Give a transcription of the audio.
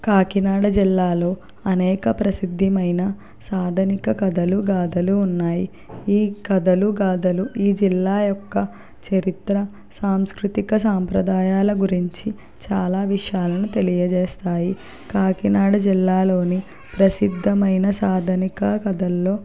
కాకినాడ జిల్లాలో అనేక ప్రసిద్ధమైన సాదునిక కథలు గాథలు ఉన్నాయి ఈ కథలు గాథలు ఈ జిల్లా యొక్క చరిత్ర సాంస్కృతిక సాంప్రదాయాల గురించి చాలా విషయాలను తెలియచేస్తాయి కాకినాడ జిల్లాలోని ప్రసిద్ధమైన సాదునిక కథల్లో